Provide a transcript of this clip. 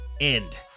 end